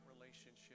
relationship